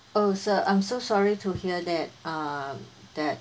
oh sir I'm so sorry to hear that um that